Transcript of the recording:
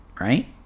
right